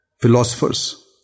philosophers